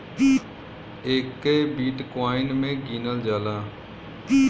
एके बिट्काइन मे गिनल जाला